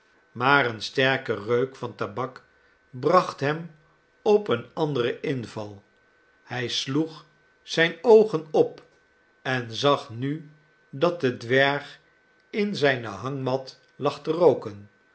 maar een sterke reuk van tabak bracht hem op een anderen inval hij sloeg zijne oogen op en zag nu dat de dwerg in zijne hangmat lag te rooken